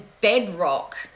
bedrock